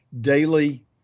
daily